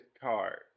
card